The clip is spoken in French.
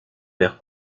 père